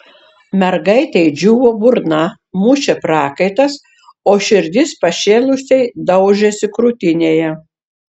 mergaitei džiūvo burna mušė prakaitas o širdis pašėlusiai daužėsi krūtinėje